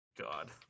God